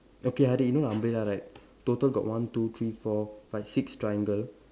okay Harid you know the umbrella right total got one two three four five six triangle